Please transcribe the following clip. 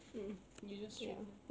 mm mm you just train lah